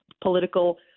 political